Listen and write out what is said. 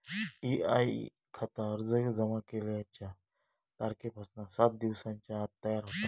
EIE खाता अर्ज जमा केल्याच्या तारखेपासना सात दिवसांच्या आत तयार होता